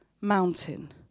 mountain